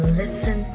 listen